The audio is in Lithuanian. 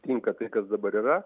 tinka tai kas dabar yra